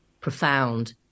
profound